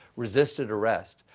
resisted arrest,